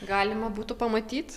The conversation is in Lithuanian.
galima būtų pamatyt